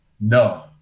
no